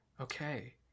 okay